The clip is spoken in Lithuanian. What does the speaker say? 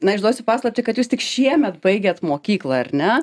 na išduosiu paslaptį kad jūs tik šiemet baigėt mokyklą ar ne